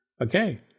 Okay